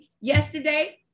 yesterday